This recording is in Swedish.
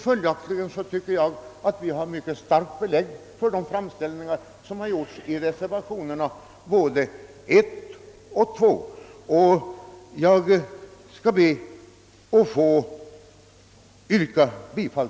Följaktligen har vi enligt mitt förmenande ett starkt belägg för de framställningar som gjorts i reservationerna 1 och 2, till vilka jag yrkar bifall.